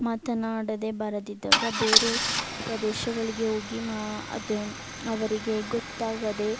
ಮಾತನಾಡದೇ ಬರದಿದ್ದಾಗ ಬೇರೆ ಪ್ರದೇಶಗಳಿಗೆ ಹೋಗಿ ಮಾ ಅದು ಅವರಿಗೆ ಗೊತ್ತಾಗದೇ